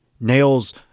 nails